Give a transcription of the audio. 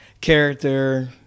character